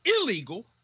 illegal